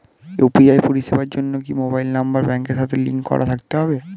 UPI পরিষেবার জন্য কি মোবাইল নাম্বার ব্যাংকের সাথে লিংক করা থাকতে হবে?